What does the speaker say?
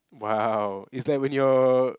wow it's like when your